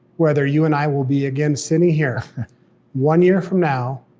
whether you and i will be again sitting here one year from now,